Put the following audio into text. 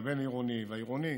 הבין-עירוני והעירוני,